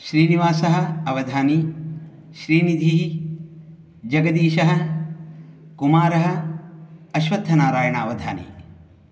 श्रीनिवासः अवधानी श्रीनिधिः जगदीशः कुमारः अश्वत्थनारायणावधानी